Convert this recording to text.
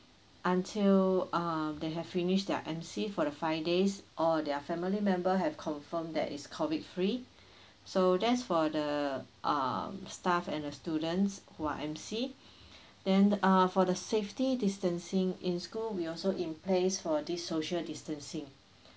until uh they have finish their M_C for the five days or their family member have confirm that is COVID free so that's for the um staff and the students who are M_C then uh for the safety distancing in school we also in place for this social distancing